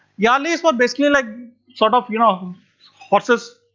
yal is were basically like sort of you know horses,